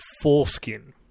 foreskin